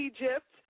Egypt